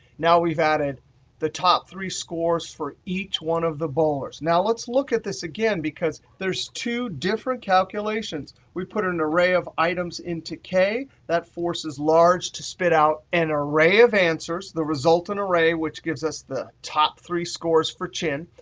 now we've added the top three scores for each one of the bowlers. now, let's look at this again because there's two different calculations. we put an array of items into k. that forces large to spit out an array of answers, the resultant array, which gives us the top three scores for chin,